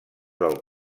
del